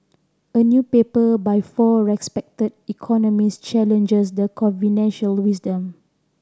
a new paper by four respected economists challenges the conventional wisdom